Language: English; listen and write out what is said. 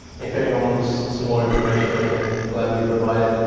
if anyone wants some more information i can gladly provide it,